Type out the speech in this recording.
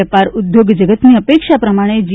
વેપારઉદ્યોગ જગતની અપેક્ષા પ્રમાણે જી